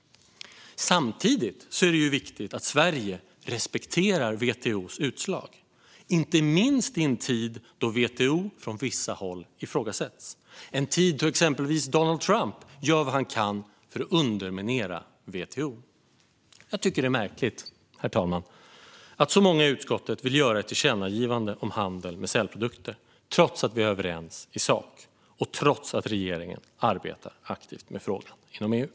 Samtidigt är det viktigt att Sverige respekterar WTO:s utslag, inte minst i en tid då WTO från vissa håll ifrågasätts och då exempelvis Donald Trump gör vad han kan för att underminera WTO. Jag tycker att det är märkligt, herr talman, att så många i utskottet vill rikta ett tillkännagivande om handel med sälprodukter trots att vi är överens i sak och trots att regeringen arbetar aktivt med frågan inom EU.